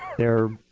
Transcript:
they're